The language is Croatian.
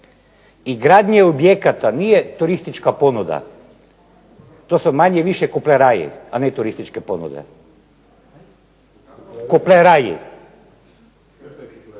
i gradnji objekata nije turistička ponuda. To su manje više kupleraji, a ne turističke ponude. Kupleraji,